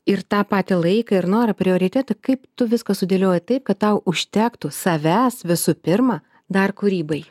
ir tą patį laiką ir norą prioritetų kaip tu viską sudėlioji taip kad tau užtektų savęs visų pirma dar kūrybai